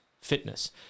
fitness